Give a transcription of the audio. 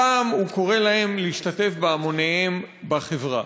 הפעם הוא קורא להם להשתתף בהמוניהם בחברה.